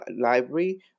library